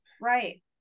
Right